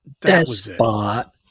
despot